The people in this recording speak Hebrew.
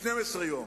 12 יום.